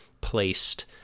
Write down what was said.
placed